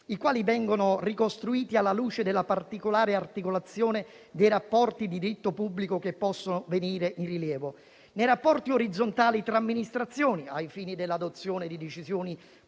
i quali vengono ricostruiti alla luce della particolare articolazione dei rapporti di diritto pubblico che possono venire in rilievo. Nei rapporti orizzontali tra amministrazioni, ai fini dell'adozione di decisioni